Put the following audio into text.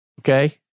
Okay